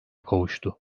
kavuştu